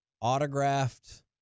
autographed